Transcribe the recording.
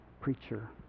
preacher